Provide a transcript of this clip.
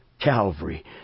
Calvary